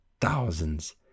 thousands